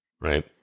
Right